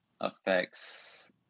affects